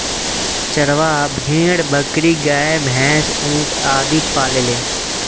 चरवाह भेड़, बकरी, गाय, भैन्स, ऊंट आदि पालेले